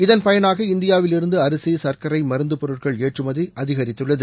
இதன் பயனாக இந்தியாவிலிருந்து அரசி சர்க்கரை மருந்துப்பொருட்கள் ஏற்றுமதி அதிகரித்துள்ளது